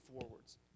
forwards